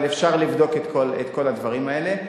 אבל אפשר לבדוק את כל הדברים האלה.